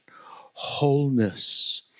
wholeness